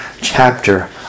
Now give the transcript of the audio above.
chapter